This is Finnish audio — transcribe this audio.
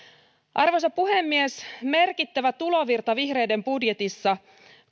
arvoisa puhemies merkittävä tulovirta vihreiden budjetissa